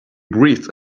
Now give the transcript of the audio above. breathed